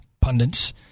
pundits